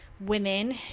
women